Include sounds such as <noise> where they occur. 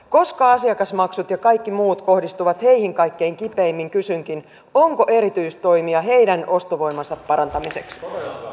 <unintelligible> koska asiakasmaksut ja kaikki muut kohdistuvat heihin kaikkein kipeimmin kysynkin onko erityistoimia heidän ostovoimansa parantamiseksi